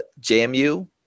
JMU